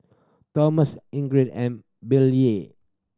Tomas Ingrid and Billye